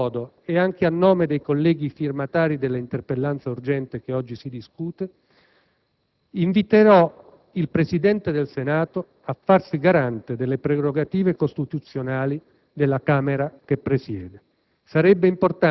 Allo stesso modo, e anche a nome dei colleghi firmatari della interpellanza urgente che oggi si discute, inviterò il Presidente del Senato a farsi garante delle prerogative costituzionali del Senato della